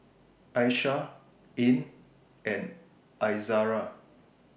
Aishah Ain and Izara